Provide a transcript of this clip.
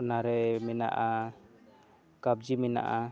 ᱚᱱᱟᱨᱮ ᱢᱮᱱᱟᱜᱼᱟ ᱠᱟᱵᱽᱡᱤ ᱢᱮᱱᱟᱜᱼᱟ